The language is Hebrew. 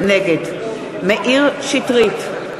נגד מאיר שטרית,